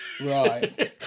Right